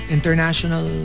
International